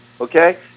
okay